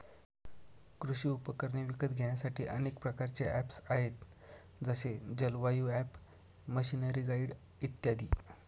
कृषी उपकरणे विकत घेण्यासाठी अनेक प्रकारचे ऍप्स आहेत जसे जलवायु ॲप, मशीनरीगाईड इत्यादी